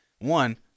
one